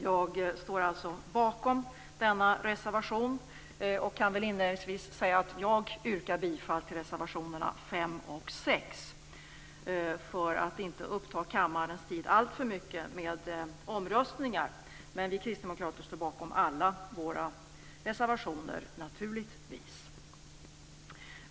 Jag står alltså bakom denna reservation och kan inledningsvis säga att jag yrkar bifall till reservationerna 5 och 6, för att inte uppta kammarens tid alltför mycket med omröstningar. Vi kristdemokrater står naturligtvis bakom alla våra reservationer.